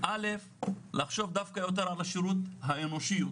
דבר ראשון, לחשוב יותר על השירות האנושי יותר,